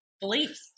beliefs